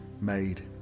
made